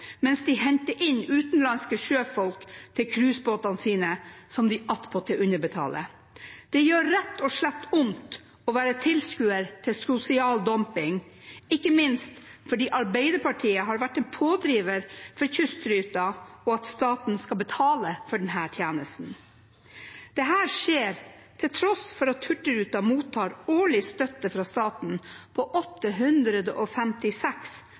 mens de henter inn utenlandske sjøfolk, som de attpåtil underbetaler, til cruisebåtene sine. Det gjør rett og slett vondt å være tilskuer til sosial dumping, ikke minst fordi Arbeiderpartiet har vært en pådriver for kystruten og for at staten skal betale for denne tjenesten. Dette skjer til tross for at Hurtigruten mottar årlig støtte fra staten på 856,1 mill. kr, begrunnet i nettopp støtte til å opprettholde lokalpassasjertrafikk og